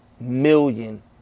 million